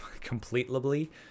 completely